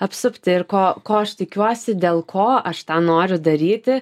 apsupti ir ko ko aš tikiuosi dėl ko aš tą noriu daryti